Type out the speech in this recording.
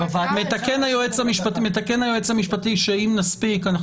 מתקן היועץ המשפטי שאם נספיק אנחנו